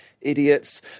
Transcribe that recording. Idiots